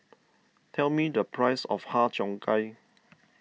tell me the price of Har Cheong Gai